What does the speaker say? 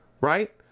Right